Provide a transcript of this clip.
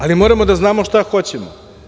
Ali, moramo da znamo šta hoćemo.